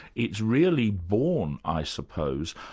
it's really born i suppose,